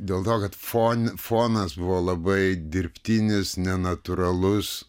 dėl to kad fone fonas buvo labai dirbtinis nenatūralus